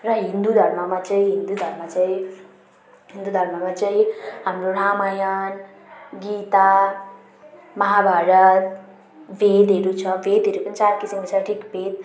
र हिन्दू धर्ममा चाहिँ हिन्दू धर्म चाहिँ हिन्दू धर्ममा चाहिँ हाम्रो रामायण गीता महाभारत वेदहरू छ वेदहरू पनि चार किसिमको छ ऋगवेद